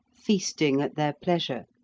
feasting at their pleasure.